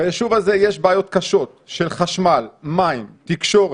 ביישוב הזה יש בעיות קשות של חשמל, מים, תקשורת,